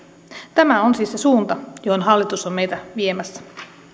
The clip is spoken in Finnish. tämä on siis se suunta johon hallitus on meitä viemässä